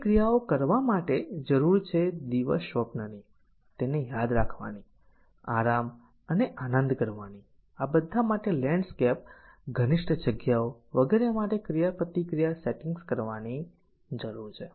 તે ક્રિયાઓ કરવા માટે જરૂર છે દિવસ સ્વપ્ન ની તેને યાદ રાખવાની આરમ અને અને આનંદ કરવાની આ બધા માટે લેન્ડસ્કેપ ઘનિષ્ઠ જગ્યાઓ વિગેરે માટે ક્રિયાપ્રતિક્રિયા સેટિંગ્સ કરવાની જરૂર છે